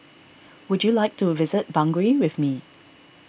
would you like to visit Bangui with me